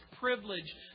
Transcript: privilege